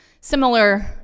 similar